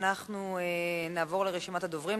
אנחנו נעבור לרשימת הדוברים.